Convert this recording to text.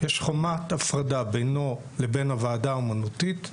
יש חומת הפרדה בינו לבין הוועדה האמנותית,